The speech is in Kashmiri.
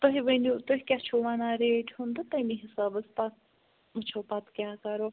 تُہۍ ؤنِو تُہۍ کیاہ چھُو وَنان ریٹہٕ ہُنٛد تہٕ تَمے حِساب حظ پتہٕ وُچھُو پتہٕ کیاہ کَرَو